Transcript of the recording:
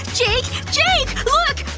jake. jake! look!